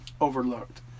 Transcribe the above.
overlooked